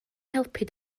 helpu